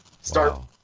start